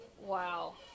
Wow